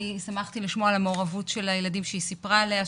שמחתי לשמוע על המעורבות של הילדים שהיא סיפרה עליה,